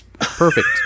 perfect